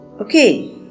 okay